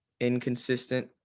inconsistent